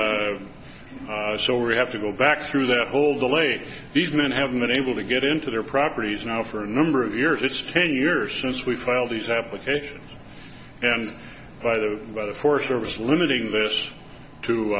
and so we have to go back through that whole the lake these men haven't been able to get into their properties now for a number of years it's ten years since we filed these applications and by the by the force service limiting this to